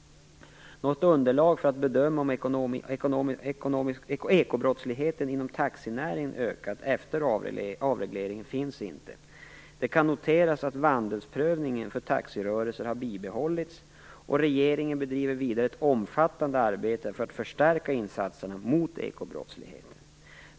Något underlag för att bedöma om ekobrottsligheten inom taxinäringen ökat efter avregleringen finns inte. Det kan noteras att vandelsprövningen för taxirörelser har bibehållits. Regeringen bedriver vidare ett omfattande arbete för att förstärka insatserna mot ekobrottsligheten.